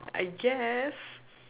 I guess